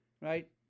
right